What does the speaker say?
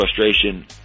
frustration